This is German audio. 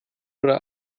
oder